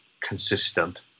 consistent